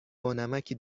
بانمکی